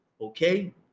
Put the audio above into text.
okay